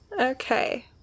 okay